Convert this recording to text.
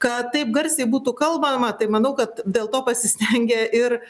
kad taip garsiai būtų kalbama tai manau kad dėl to pasistengia ir